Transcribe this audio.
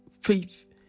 faith